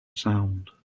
sound